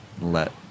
let